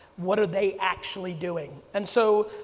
what are they actually doing. and so,